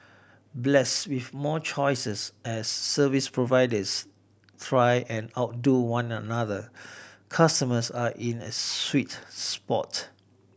blessed with more choices as service providers try and outdo one another customers are in a sweet spot